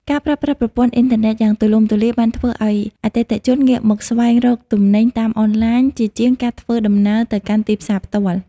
ការប្រើប្រាស់ប្រព័ន្ធអ៊ីនធឺណិតយ៉ាងទូលំទូលាយបានធ្វើឱ្យអតិថិជនងាកមកស្វែងរកទំនិញតាមអនឡាញ ជាជាងការធ្វើដំណើរទៅកាន់ទីផ្សារផ្ទាល់។